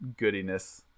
goodiness